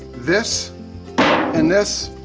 this and this,